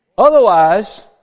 Otherwise